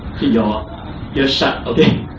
keep your ears shut okay?